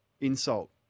insult